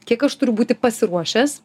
kiek aš turiu būti pasiruošęs